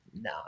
no